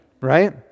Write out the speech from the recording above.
Right